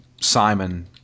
Simon